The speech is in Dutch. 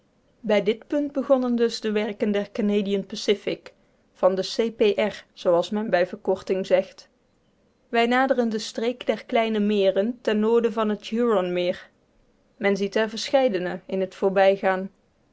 bij dit punt begonnen dus de werken der canadian pacific van de c p r zooals men bij verkorting zegt wij naderen de streek der kleine meren ten noorden van het huronmeer men ziet er verscheidene in t voorbijgaan